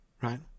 Right